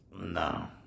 no